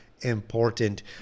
important